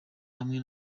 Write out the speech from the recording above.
hamwe